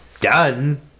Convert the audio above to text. done